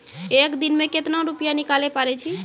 एक दिन मे केतना रुपैया निकाले पारै छी?